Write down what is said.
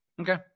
Okay